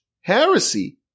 heresy